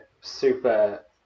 super